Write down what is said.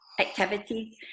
activities